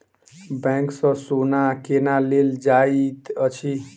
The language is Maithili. बैंक सँ सोना केना लेल जाइत अछि